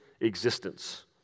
existence